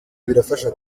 birafasha